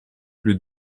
lui